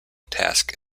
task